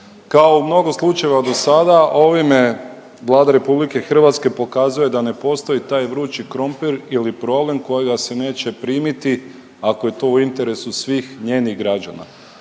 Kao u mnogo slučajeva do sada ovime Vlada RH pokazuje da ne postoji taj vrući krumpir ili problem kojega se neće primiti ako je to u interesu svih njenih građana.